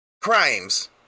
crimes